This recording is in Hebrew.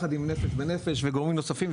ביחד עם נפש בנפש וגורמים נוספים,